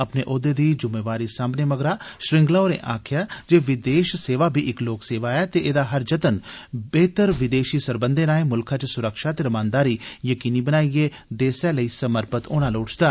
अपने औहदे दी जुम्मेवारी साम्बने मगरा श्रृंगला होरें आक्खेआ जे विदेश सेवा बी इक लोक सेवा ऐ ते एहदा हर जतन बेहतर विदेशी सरबंघें राए मुलखै च सुरक्षा ते रमानदारी यकीनी बनाइयै देसै लेई समर्पित होना लोड़चदा